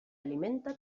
alimenta